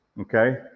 Okay